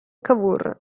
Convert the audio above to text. cavour